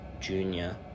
Junior